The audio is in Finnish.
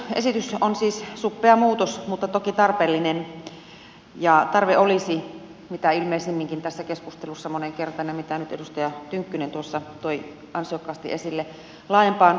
hallituksen esitys on siis suppea muutos mutta toki tarpeellinen ja tarve olisi mitä ilmeisimminkin kuten tässä keskustelussa moneen kertaan on tullut ja esimerkiksi edustaja tynkkynen tuossa toi ansiokkaasti esille laajemmalle muutokselle